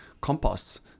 compost